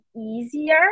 easier